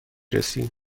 رسی